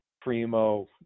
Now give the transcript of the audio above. Primo